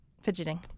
Fidgeting